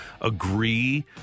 agree